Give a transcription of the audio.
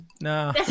No